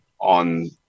on